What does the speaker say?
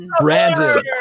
Brandon